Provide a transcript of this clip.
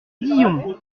dillon